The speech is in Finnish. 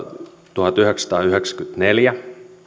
tuhatyhdeksänsataayhdeksänkymmentäneljä